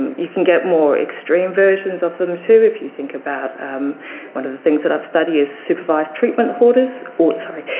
you can get more extreme versions of them too. if you think about one of the things that i study is supervised treatment orders or, sorry,